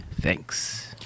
Thanks